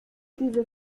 diese